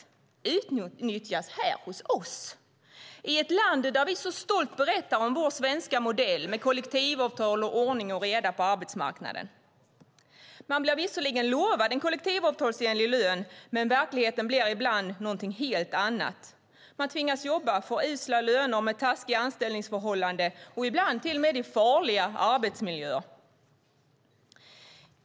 De utnyttjas här hos oss, i ett land där vi stolt berättar om vår svenska modell med kollektivavtal och ordning och reda på arbetsmarknaden. Man blir visserligen lovad en kollektivavtalsenlig lön, men verkligheten blir ibland någonting helt annat. Man tvingas jobba för usla löner, med taskiga anställningsförhållanden och ibland till och med i farliga arbetsmiljöer.